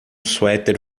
suéter